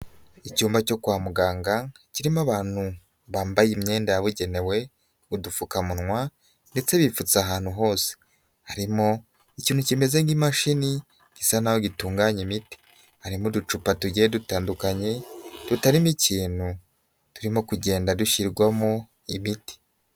Icyumba cyo kwa muganga; kirimo abantu bambaye imyenda yabugenewe, udupfukamunwa ndetse bipfutse ahantu hose; harimo ikintu kimeze nk'imashini gisa n'aho gitunganya imiti; harimo uducupa tugiye dutandukanye tutarimo ikintu; turimo kugenda dushyirwamo imiti.